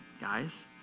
guys